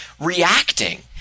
reacting